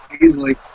easily